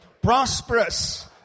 prosperous